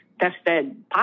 tested